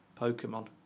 Pokemon